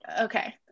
Okay